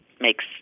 makes